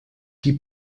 qui